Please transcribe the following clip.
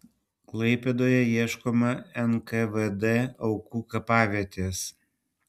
klaipėdoje ieškoma nkvd aukų kapavietės